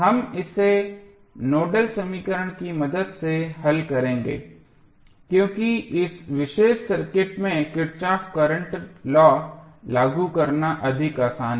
हम इसे नोडल समीकरण की मदद से हल करेंगे क्योंकि इस विशेष सर्किट में किरचॉफ करंट लॉ लागू करना अधिक आसान है